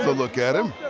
look at him.